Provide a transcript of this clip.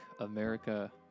America